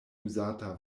uzata